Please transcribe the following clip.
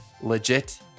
legit